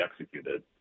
executed